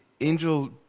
angel